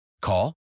Call